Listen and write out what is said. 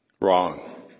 Wrong